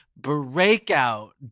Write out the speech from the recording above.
breakout